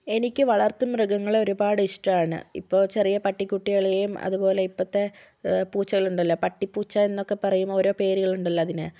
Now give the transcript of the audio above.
എനിക്ക് വളർത്ത് മൃഗങ്ങളെ ഒരുപാട് ഇഷ്ടമാണ് ഇപ്പോൾ ചെറിയ പട്ടികുട്ടികളെയും അതുപോലെ ഇപ്പോഴത്തെ പൂച്ചകളുണ്ടല്ലോ പട്ടി പൂച്ച എന്നൊക്കെ പറയുന്ന ഓരോ പേരുകളുണ്ടല്ലോ അതിന്